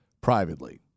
privately